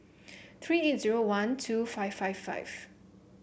three eight zero one two five five five